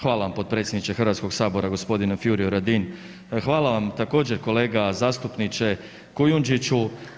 Hvala vam g. potpredsjedniče Hrvatskog sabora g. Furio Radin, hvala vam također kolega zastupniče Kujundžiću.